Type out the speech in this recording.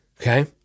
Okay